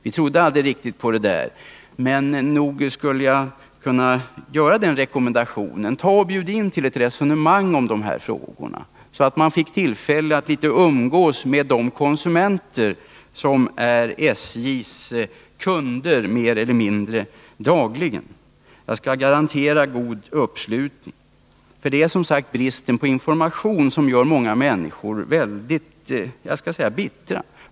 Vi trodde aldrig riktigt på det där, men nog skulle jag kunna göra en liknande rekommendation: Bjud in till ett resonemang om de här frågorna, så att man får tillfälle att umgås litet med de konsumenter som är SJ:s kunder mer eller mindre dagligen! Jag skall garantera god uppslutning. Det är som sagt bristen på information som gör många människor väldigt bittra.